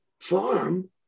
farm